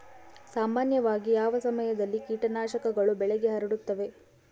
ಸಾಮಾನ್ಯವಾಗಿ ಯಾವ ಸಮಯದಲ್ಲಿ ಕೇಟನಾಶಕಗಳು ಬೆಳೆಗೆ ಹರಡುತ್ತವೆ?